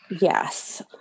yes